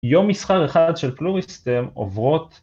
יום מסחר אחד של פלוריסטם עוברות